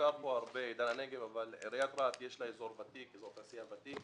הוזכר כאן הרבה עידן הנגב אבל לעיריית רהט יש אזור תעשייה ותיק